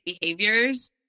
behaviors